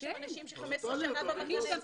יש שם אנשים ש-15 שנה במחנה,